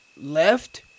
left